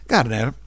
Garner